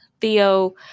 Theo